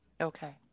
Okay